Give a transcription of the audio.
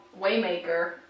Waymaker